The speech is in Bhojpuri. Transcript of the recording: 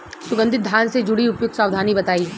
सुगंधित धान से जुड़ी उपयुक्त सावधानी बताई?